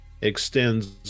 extends